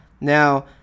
Now